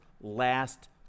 last